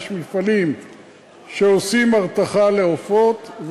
יש מפעלים שעושים הרתחה לעופות.